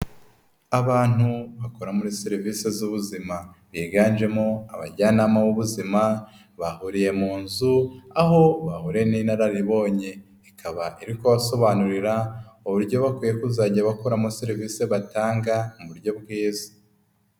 Abantu bakora muri serivisi z'ubuzima biganjemo abajyanama b'ubuzima, bahuriye mu nzu aho bahuriye n'inararibonye, ikaba iri kubasobanurira uburyo bakwiye kuzajya bakoramo serivisi batanga mu buryo bwiza.